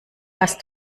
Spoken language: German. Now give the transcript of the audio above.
hast